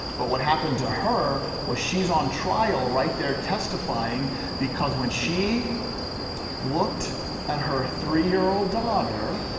but what happened to her was she's on trial right there testifying because when she looked at her three year old daughter